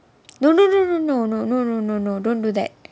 no no no no no no no no no no don't do that